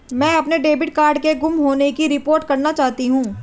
मैं अपने debit card के गुम होने की रिपोर्ट करना चाहती हूँ